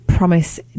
Promise